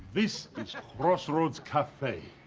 this is crossroads cafe.